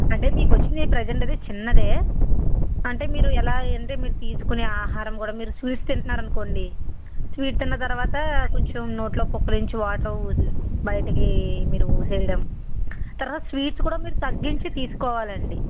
అంటే మీకు వచ్చినది ప్రజెంట్ అయితే చిన్నదే అంటే మీరు ఎలా అంటే మీరు తీసుకొనే ఆహారం కూడా మీరు స్వీట్స్ తింటున్నారనుకోండి స్వీట్ తిన్న తర్వాత కొంచెం నోట్లో పుక్కిలించి వాటర్ ఊసే బయటకు మీరు ఊసేయడం తర్వాత స్వీట్స్ మీరు కూడా తగ్గించి తీసుకోవాలండి